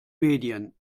medien